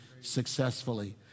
successfully